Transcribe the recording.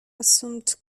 assumed